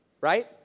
right